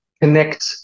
connect